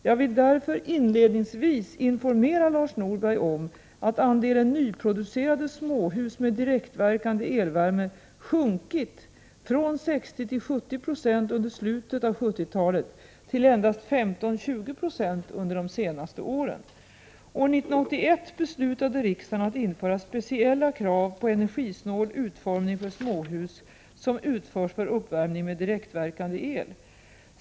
Jag vill därför inledningsvis informera Lars Norberg om att andelen nyproducerade småhus med direktverkande elvärme sjunkit från 60 till 70 96 under slutet av 1970-talet till endast 15—20 20 under de senaste åren. År 1981 beslutade riksdagen att införa speciella krav på energisnål utformning för småhus som utförs för uppvärmning med direktverkande el.